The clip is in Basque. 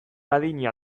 adina